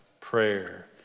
prayer